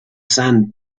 sand